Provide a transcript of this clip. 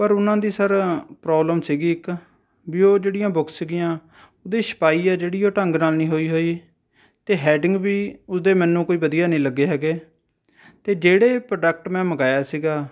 ਪਰ ਉਹਨਾਂ ਦੀ ਸਰ ਪ੍ਰੋਬਲਮ ਸੀਗੀ ਇੱਕ ਵੀ ਉਹ ਜਿਹੜੀਆਂ ਬੁਕਸ ਸੀਗੀਆਂ ਉਹਦੀ ਛਪਾਈ ਆ ਜਿਹੜੀ ਉਹ ਢੰਗ ਨਾਲ ਨਹੀਂ ਹੋਈ ਹੋਈ ਅਤੇ ਹੈਡਿੰਗ ਵੀ ਉਸਦੇ ਮੈਨੂੰ ਕੋਈ ਵਧੀਆ ਨਹੀਂ ਲੱਗੇ ਹੈਗੇ ਅਤੇ ਜਿਹੜੇ ਪ੍ਰੋਡਕਟ ਮੈਂ ਮੰਗਵਾਇਆ ਸੀਗਾ